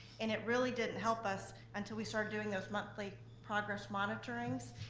and it really didn't help us until we started doing those monthly progress monitorings,